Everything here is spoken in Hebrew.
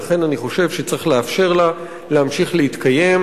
ולכן אני חושב שצריך לאפשר לה להמשיך להתקיים.